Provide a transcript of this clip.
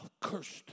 cursed